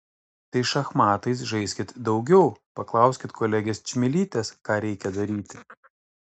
tai šachmatais žaiskit daugiau paklauskit kolegės čmilytės ką reikia daryti